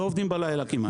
לא עובדים בלילה כמעט.